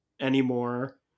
anymore